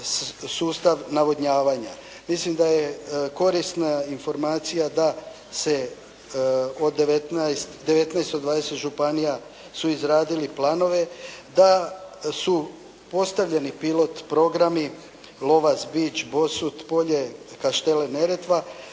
sustav navodnjavanja. Mislim da je korisna informacija da se od 19, 19 od 20 županija su izradili planove da su postavljeni pilot programi Lovas, Bič, Bosut, Polje, Kaštela, Neretva